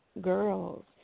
girls